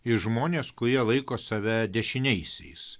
ir žmonės kurie laiko save dešiniaisiais